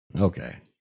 Okay